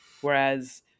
Whereas